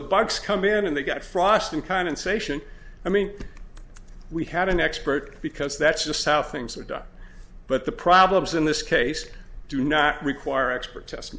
the bugs come in and they get frost in kind and sation i mean we had an expert because that's just how things are done but the problems in this case do not require expert test